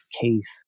case